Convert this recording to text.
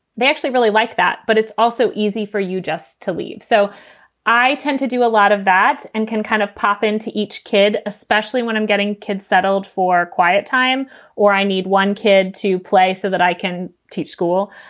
they actually really like that. but it's also easy for you just to leave. so i tend to do a lot of that and can kind of pop into each kid, especially when i'm getting kids settled for quiet time or i need one kid to play so that i can teach school.